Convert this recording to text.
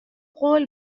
قول